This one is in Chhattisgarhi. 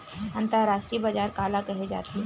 अंतरराष्ट्रीय बजार काला कहे जाथे?